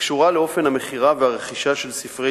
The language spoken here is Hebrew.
הקשורה לאופן המכירה והרכישה של ספרי